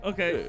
Okay